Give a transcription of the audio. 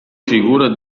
figura